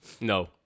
No